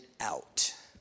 out